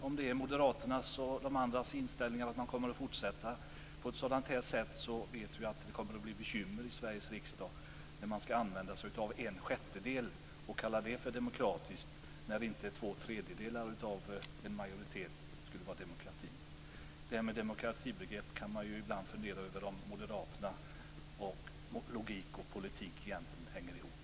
Om det är Moderaternas och de andras inställning att de kommer att fortsätta på ett sådant sätt vet vi att det kommer att bli bekymmer i Sveriges riksdag när de skall använda sig av en sjättedel av ledamöterna och kalla det för demokratiskt när inte två tredjedelar av en majoritet skulle vara demokrati. När det handlar om demokratibegrepp kan man ibland fundera över om Moderaternas logik och politik egentligen hänger ihop.